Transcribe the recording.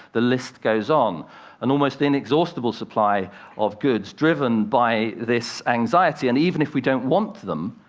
the list goes on an almost inexhaustible supply of goods, driven by this anxiety. and even if we don't want them,